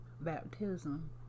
baptism